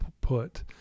put